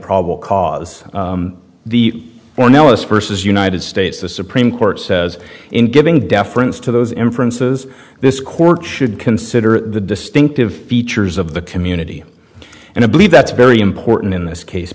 probable cause the or no us versus united states the supreme court says in giving deference to those inferences this court should consider the distinctive features of the community and i believe that's very important in this case